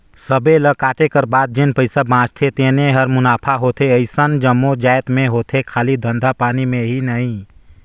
सबे ल कांटे कर बाद जेन पइसा बाचथे तेने हर मुनाफा होथे अइसन जम्मो जाएत में होथे खाली धंधा पानी में ही नई